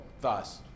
thus